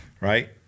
right